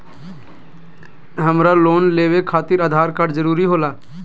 हमरा लोन लेवे खातिर आधार कार्ड जरूरी होला?